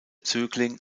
zögling